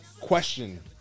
question